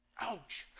Ouch